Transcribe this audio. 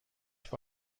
für